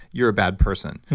you're a bad person.